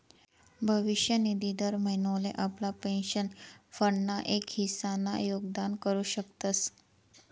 भविष्य निधी दर महिनोले आपला पेंशन फंड ना एक हिस्सा ना योगदान करू शकतस